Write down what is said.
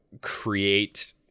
create